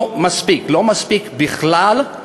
לא מספיק, לא מספיק בכלל.